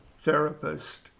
therapist